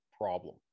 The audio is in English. problem